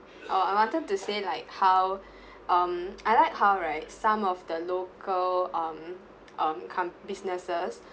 oh I wanted to say like how um I like how right some of the local um um com~ businesses